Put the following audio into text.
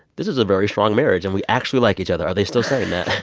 this is a very strong marriage, and we actually like each other. are they still saying that?